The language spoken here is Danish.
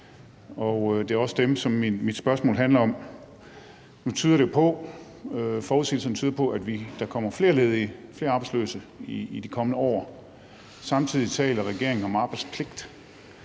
og det er også dem, som mit spørgsmål handler om. Forudsigelserne tyder på, at der kommer flere ledige, flere arbejdsløse i de kommende år. Samtidig taler regeringen om arbejdspligt.